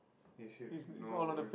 you should know probably